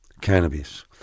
cannabis